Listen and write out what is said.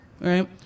right